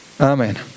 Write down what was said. Amen